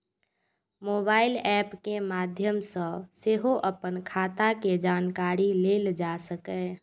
mobile app के माध्य सं सेहो अपन खाता के जानकारी लेल जा सकैए